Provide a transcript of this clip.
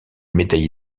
médaillé